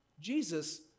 Jesus